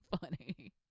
funny